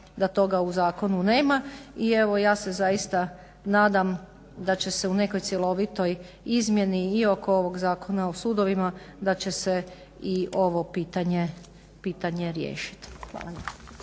da toga u zakonu nema. I evo ja se zaista nadam da će se u nekoj cjelovitoj izmjeni i oko ovog Zakona o sudovima da će se ovo pitanje riješiti. Hvala